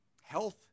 health